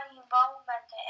involvement